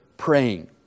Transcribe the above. praying